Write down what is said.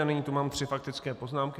A nyní tu mám tři faktické poznámky.